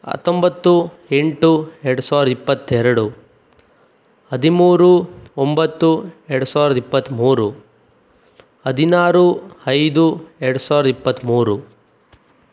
ಹತ್ತೊಂಬತ್ತು ಎಂಟು ಎರಡು ಸಾವಿರದ ಇಪ್ಪತ್ತೆರಡು ಹದಿಮೂರು ಒಂಬತ್ತು ಎರಡು ಸಾವಿರದ ಇಪ್ಪತ್ತ್ಮೂರು ಹದಿನಾರು ಐದು ಎರಡು ಸಾವಿರದ ಇಪ್ಪತ್ತ್ಮೂರು